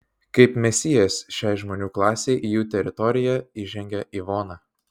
kaip mesijas šiai žmonių klasei į jų teritoriją įžengia ivona